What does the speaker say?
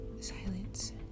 silence